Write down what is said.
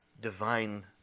divine